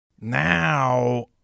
Now